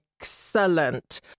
Excellent